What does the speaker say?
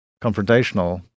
confrontational